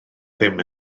ddim